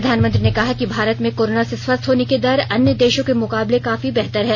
प्रधानमंत्री ने कहा कि भारत में कोरोना से स्वस्थ होने की दर अन्य देशों के मुकाबले काफी बेहतर है